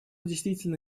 действительно